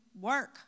work